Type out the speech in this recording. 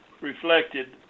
reflected